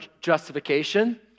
justification